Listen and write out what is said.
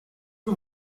que